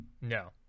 No